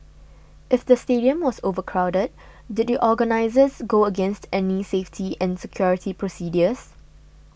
if the stadium was overcrowded did the organisers go against any safety and security procedures